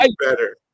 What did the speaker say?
better